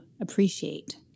appreciate